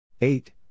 Eight